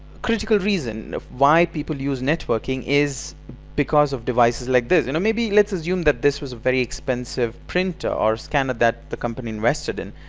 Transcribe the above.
critical reason why people use networking is because of devices like this. and maybe, let's assume, that this was a very expensive printer or scanner that the company invested in.